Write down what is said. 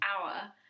hour